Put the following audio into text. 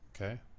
okay